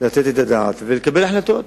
לתת את הדעת ולקבל החלטות.